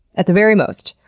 at the very most,